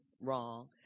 wrong